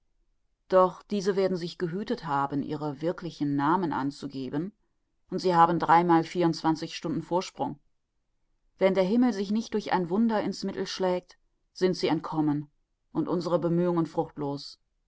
doch diese werden sich gehütet haben ihre wirklichen namen anzugeben und sie haben dreimal vierundzwanzig stunden vorsprung wenn der himmel sich nicht durch ein wunder in's mittel schlägt sind sie entkommen und unsere bemühungen fruchtlos